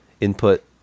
input